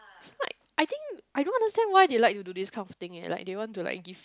it's like I think I don't understand why they like to do this kind of thing eh like they want to like give